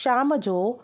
शाम जो